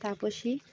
তাপশি